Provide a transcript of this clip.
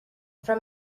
from